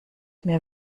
mir